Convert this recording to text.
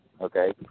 okay